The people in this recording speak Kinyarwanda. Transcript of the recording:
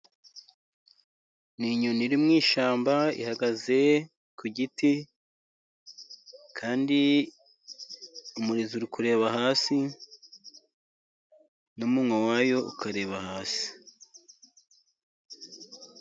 Ni nyoni iri mu ishyamba ihagaze ku giti, kandi umurizo uri kureba hasi, n'umunwa wayo ukareba hasi.